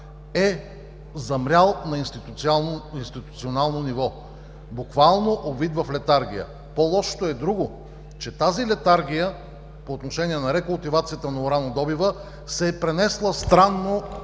е замрял на институционално ниво, буквално обвит в летаргия. По-лошото е друго, че тази летаргия по отношение на рекултивацията на уранодобива се е пренесла странно